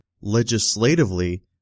legislatively